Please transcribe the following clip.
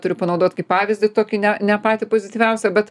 turiu panaudot kaip pavyzdį tokį ne ne patį pozityviausią bet